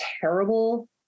terrible